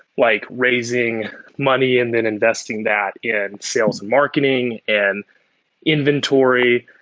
like raising money and then investing that in sales and marketing and inventory,